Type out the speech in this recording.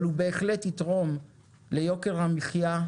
אבל הוא בהחלט יתרום להורדת יוקר המחיה,